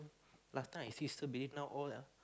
last time I see still building now all ah